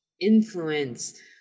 influence